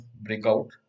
breakout